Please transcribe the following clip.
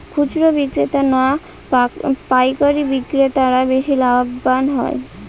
খুচরো বিক্রেতা না পাইকারী বিক্রেতারা বেশি লাভবান হয়?